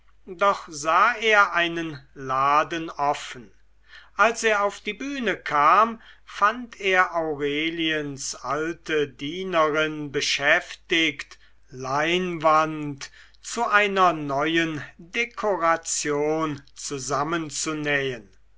doch sah er einen laden offen als er auf die bühne kam fand er aureliens alte dienerin beschäftigt leinwand zu einer neuen dekoration zusammenzunähen